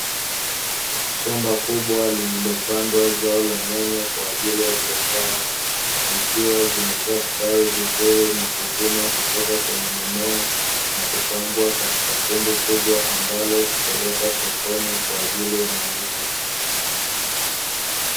Shamba kubwa lililopandwa zao la nyanya kwaajili ya biashara, zikiwa zimeshastawi vizuri na kuvunwa kutoka kwenye mimea, na kupangwa katika kundi kubwa ambalo hupelekwa sokoni kwa ajili ya mauzo.